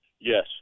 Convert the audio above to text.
Yes